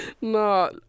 No